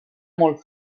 molt